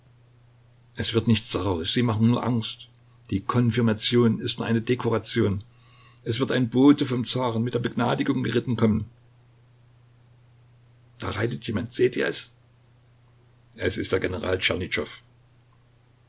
es wird nichts daraus sie machen nur angst die konfirmation ist nur eine dekoration es wird ein bote vom zaren mit der begnadigung geritten kommen da reitet jemand seht ihr es es ist der